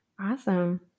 Awesome